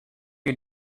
you